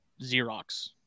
Xerox